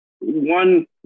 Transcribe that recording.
One